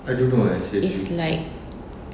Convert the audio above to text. it's like